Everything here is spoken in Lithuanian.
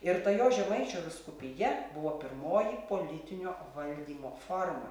ir ta jo žemaičių vyskupija buvo pirmoji politinio valdymo forma